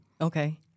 Okay